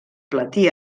platí